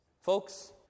Folks